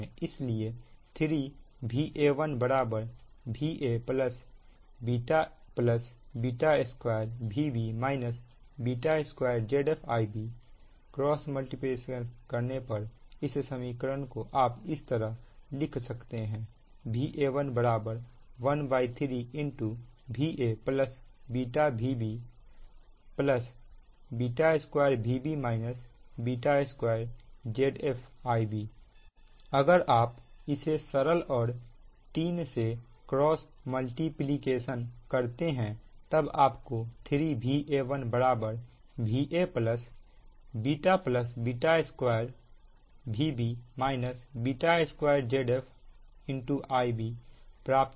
इसलिए 3Va1 Va β β2 Vb β2Zf Ib cross multiplication करने पर इस समीकरण को आप इस तरह लिख सकते हैं Va1 13 Va β Vb β2 Vb β2Zf Ib अगर आप इसे सरल और 3 से क्रॉस मल्टीप्लिकेशन करते हैं तब आप को 3Va1 Va β β2 Vb β2Zf Ib प्राप्त होगा